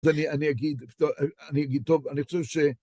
אז אני אגיד, אני אגיד טוב, אני חושב ש...